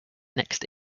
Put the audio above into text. next